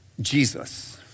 Jesus